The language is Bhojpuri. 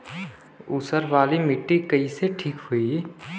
ऊसर वाली मिट्टी कईसे ठीक होई?